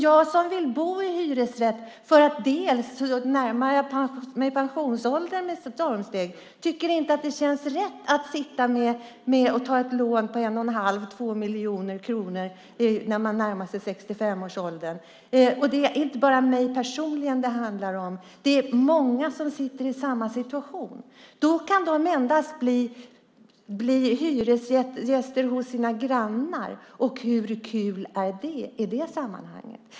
Jag vill bo i hyresrätt. Jag närmar mig pensionsåldern med stormsteg och tycker inte att det känns rätt att ta ett lån på 1 1⁄2 eller 2 miljoner kronor när jag närmar mig 65-årsåldern. Men det är ju inte bara mig personligen det handlar om. Det är många som är i samma situation. Då kan de endast bli hyresgäster hos sina grannar, och hur kul är det i sammanhanget?